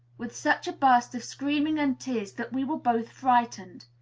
with such a burst of screaming and tears that we were both frightened.